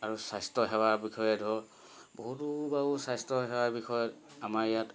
আৰু স্বাস্থ্যসেৱাৰ বিষয়ে ধৰ বহুতো বাৰু স্বাস্থ্যসেৱাৰ বিষয়ে আমাৰ ইয়াত